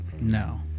No